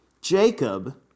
Jacob